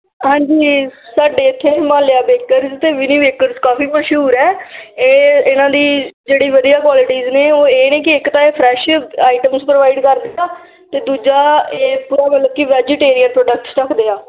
ਹਾਂਜੀ ਸਾਡੇ ਇੱਥੇ ਹਿਮਾਲਿਆ ਬੇਕਰਜ਼ ਅਤੇ ਵਿਨੀ ਬੇਕਰਜ਼ ਕਾਫੀ ਮਸ਼ਹੂਰ ਹੈ ਇਹ ਇਹਨਾਂ ਦੀ ਜਿਹੜੀ ਵਧੀਆ ਕੁਆਲਿਟੀਜ਼ ਨੇ ਉਹ ਇਹ ਨੇ ਕਿ ਇੱਕ ਤਾਂ ਇਹ ਫਰੈਸ਼ ਆਈਟਮਸ ਪ੍ਰੋਵਾਈਡ ਕਰਦੀਆਂ ਅਤੇ ਦੂਜਾ ਇਹ ਪੂਰਾ ਮਤਲਬ ਕਿ ਵੈਜੀਟੇਰੀਅਨ ਪ੍ਰੋਡਕਟਸ ਰੱਖਦੇ ਆ